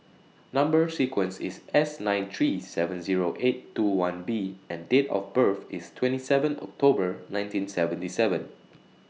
Number sequence IS S nine three seven Zero eight two one B and Date of birth IS twenty seven October nineteen seventy seven